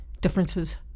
Differences